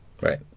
Right